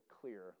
clear